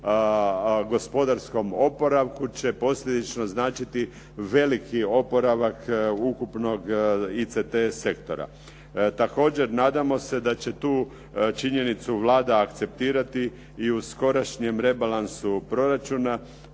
gospodarskom oporavku će posljedično značiti veliki oporavak ukupnog ICT sektora. Također nadamo se da će tu činjenicu Vlada akceptirati i u skorašnjem rebalansu proračuna